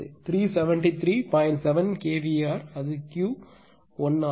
7 kVAr அது Ql ஆகும்